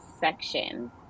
section